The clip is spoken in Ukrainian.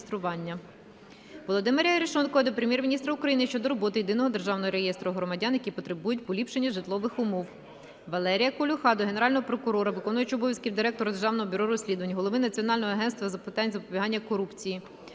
Володимира Арешонкова до Прем'єр-міністра України щодо роботи Єдиного державного реєстру громадян, які потребують поліпшення житлових умов. Валерія Колюха до Генерального прокурора, виконувача обов'язків Директора Державного бюро розслідувань, Голови Національного агентства з питань запобігання корупції